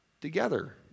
Together